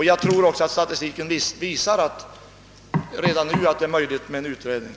Jag tror också att en utredning är möjlig redan nu.